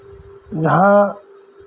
ᱡᱟᱦᱟᱸ